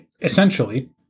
Essentially